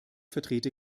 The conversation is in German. vertrete